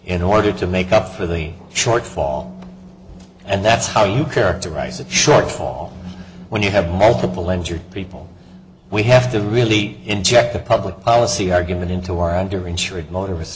in order to make up for the shortfall and that's how you characterize that shortfall when you have multiple lines or people we have to really inject a public policy argument into our under insured motorist